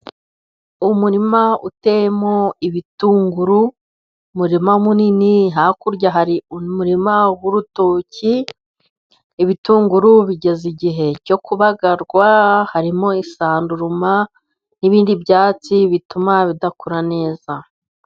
Umurima uteyemo ibitunguru, umurima munini hakurya hari umurima w'urutoki, ibitunguru bigeze igihe cyo kubagarwa, harimo isanduruma n'ibindi byatsi bituma bidakura neza.